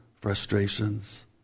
frustrations